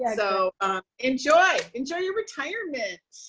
and so enjoy enjoy your retirement.